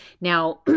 Now